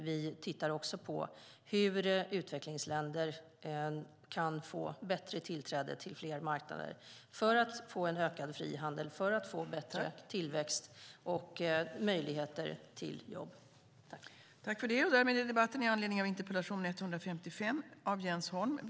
Vi tittar också på hur utvecklingsländer kan få bättre tillträde till fler marknader för att få en ökad frihandel, för att få bättre tillväxt och för att få möjligheter till jobb.